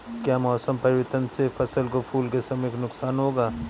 क्या मौसम परिवर्तन से फसल को फूल के समय नुकसान होगा?